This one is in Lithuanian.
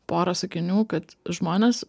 pora sakinių kad žmonės